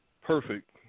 Perfect